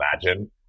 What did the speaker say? imagine